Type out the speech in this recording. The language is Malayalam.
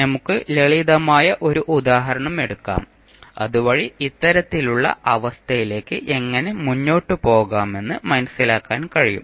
നമുക്ക് ലളിതമായ ഒരു ഉദാഹരണം എടുക്കാം അതുവഴി ഇത്തരത്തിലുള്ള അവസ്ഥയിലേക്ക് എങ്ങനെ മുന്നോട്ട് പോകാമെന്ന് മനസിലാക്കാൻ കഴിയും